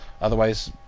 Otherwise